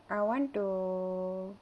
I want to